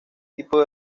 tipo